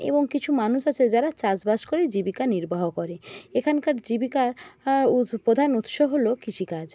এবং কিছু মানুষ আছে যারা চাষ বাস করে জীবিকা নির্বাহ করে এখানকার জীবিকার উদ প্রধান উৎস হল কৃষিকাজ